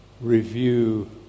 review